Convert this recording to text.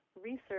research